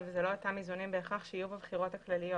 ואלה לא אותם איזונים בהכרח שיהיו בבחירות הכלליות.